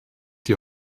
die